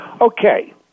Okay